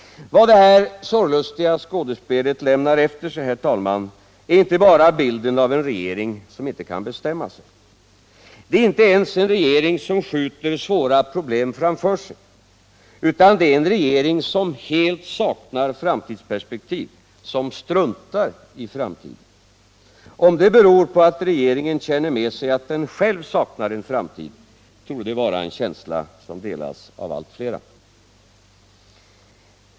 Vad det här sorglustiga skådespelet lämnar efter sig, herr talman, är inte bara bilden av en regering som inte kan bestämma sig. Det är inte ens en regering som skjuter svåra problem framför sig, utan det är en regering som heit saknar framtidsperspektiv, som struntar i framtiden. Om det beror på att regeringen känner med sig att den själv saknar en framtid, torde det vara en känsla som delas av allt flera.